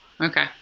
Okay